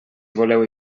voleu